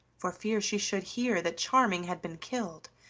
for fear she should hear that charming had been killed.